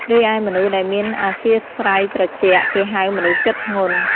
រីឯមនុស្សដែលមានអធ្យាស្រ័យត្រជាក់ គេហៅមនុស្សចិត្តធ្ងន់ ។